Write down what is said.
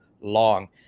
long